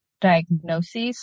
diagnosis